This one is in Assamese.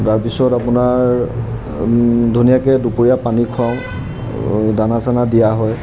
তাৰপিছত আপোনাৰ ধুনীয়াকৈ দুপৰীয়া পানী খুৱাওঁ দানা চানা দিয়া হয়